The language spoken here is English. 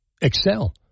excel